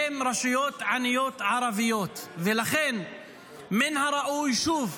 הן רשויות ערביות, ולכן מן הראוי, שוב,